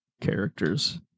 characters